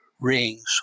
rings